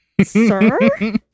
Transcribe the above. Sir